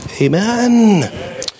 Amen